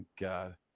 God